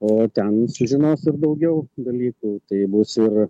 o ten sužinos ir daugiau dalykų tai bus ir